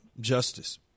justice